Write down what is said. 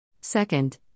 Second